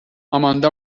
آماندا